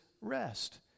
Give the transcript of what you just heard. rest